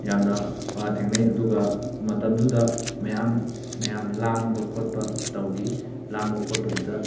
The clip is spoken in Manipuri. ꯌꯥꯝꯅ ꯊꯦꯡꯅꯩ ꯑꯗꯨꯒ ꯃꯇꯝꯗꯨꯗ ꯃꯌꯥꯝ ꯃꯌꯥꯝ ꯂꯥꯡꯕ ꯈꯣꯠꯄ ꯇꯧꯈꯤ ꯂꯥꯡꯕ ꯈꯣꯠꯄꯗꯨꯗ